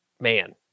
man